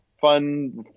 fun